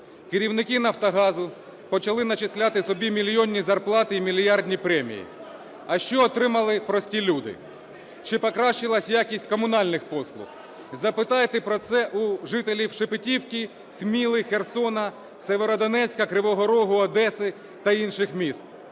Керівники "Нафтогазу" почали начисляти собі мільйонні зарплати і мільярдні премі ї. А що отримали прості люди? Чи покращилась якість комунальних послуг? Запитайте про це у жителів Шепетівки, Сміли, Херсона, Сєвєродонецька, Кривого Рога, Одеси та інших міст,